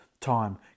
time